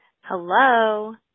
Hello